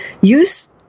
use